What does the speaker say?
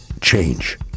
change